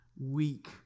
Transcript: weak